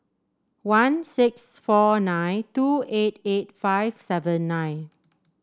one six four nine two eight eight five seven nine